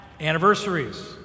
anniversaries